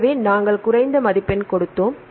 எனவே நாங்கள் குறைந்த மதிப்பெண் கொடுத்தோம்